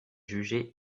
jugée